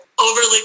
overly